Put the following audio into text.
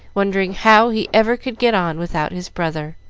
wondering how he ever could get on without his brother.